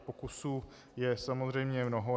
Pokusů je samozřejmě mnoho.